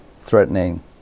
threatening